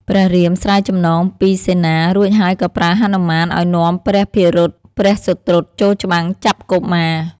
ព្រះរាមស្រាយចំណងពីសេនា រួចហើយក៏ប្រើហនុមានឱ្យនាំព្រះភិរុត ព្រះសុត្រុតចូលច្បាំងចាប់កុមារ។